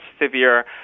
severe